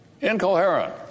incoherent